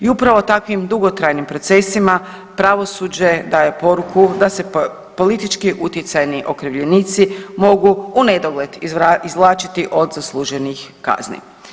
I upravo takvim dugotrajnim procesima pravosuđe daje poruku da se politički utjecajni okrivljenici mogu unedogled izvlačiti od zasluženih kazni.